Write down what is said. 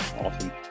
Awesome